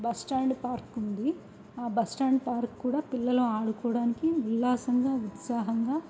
bus stand park ఉంది ఆ bus stand park కూడా పిల్లలు ఆడుకోవడానికి విల్లాసంగా ఉత్సాహంగా